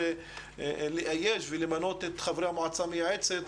לאייש ולמנות את חברי המועצה המייעצת,